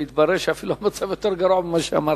והתברר שהמצב אפילו יותר גרוע ממה שאמרתי.